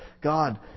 God